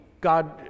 God